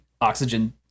oxygen